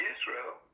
Israel